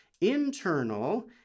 internal